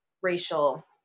racial